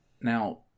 Now